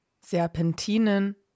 Serpentinen